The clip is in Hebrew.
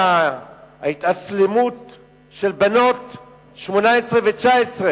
הכת האלימה הידועה כמו זו של דייוויד כורש בארצות-הברית,